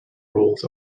roles